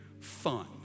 fun